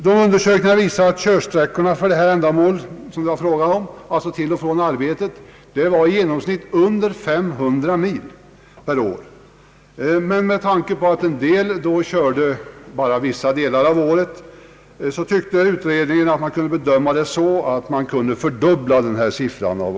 Dessa undersökningar visar att körsträckorna till och från arbetet genomsnittligt var under 500 mil per år. Med tanke på att en del körde endast vissa delar av året ansåg utredningen att man kunde fördubbla denna siffra.